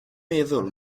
meddwl